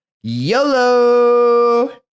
YOLO